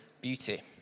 beauty